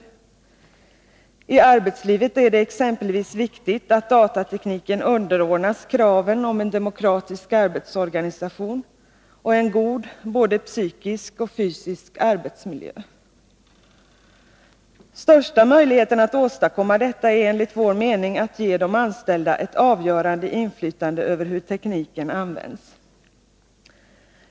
I exempelvis arbetslivet är det viktigt att datatekniken underordnas kraven på en demokratisk arbetsorganisation och en god både psykisk och fysisk arbetsmiljö. Största möjligheten att åstadkomma detta får man genom att ge de anställda ett avgörande inflytande över hur tekniken används.